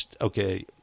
Okay